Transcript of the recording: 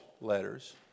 letters